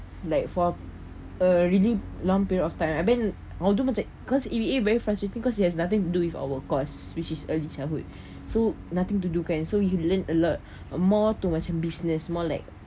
like for a really long period of time I mean module tu macam cause E_B_A very frustrating cause it has nothing to do with our course which is early childhood so nothing to do kan so you learn a lot more to macam business more like